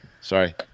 Sorry